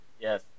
Yes